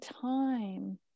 time